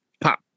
pop